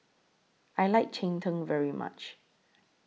I like Cheng Tng very much